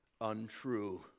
untrue